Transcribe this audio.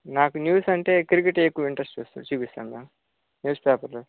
నాకు న్యూస్ అంటే క్రికెట్ ఎక్కువ ఇంట్రస్ట్ చూస్తా చూపిస్తా మ్యామ్ న్యూస్ పేపరు